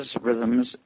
rhythms